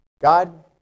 God